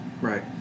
right